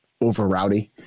over-rowdy